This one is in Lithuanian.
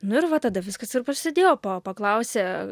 nu ir va tada viskas ir prasidėjo po paklausė